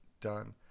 done